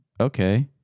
okay